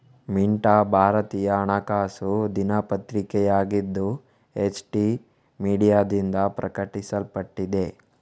ಮಿಂಟಾ ಭಾರತೀಯ ಹಣಕಾಸು ದಿನಪತ್ರಿಕೆಯಾಗಿದ್ದು, ಎಚ್.ಟಿ ಮೀಡಿಯಾದಿಂದ ಪ್ರಕಟಿಸಲ್ಪಟ್ಟಿದೆ